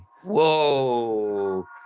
Whoa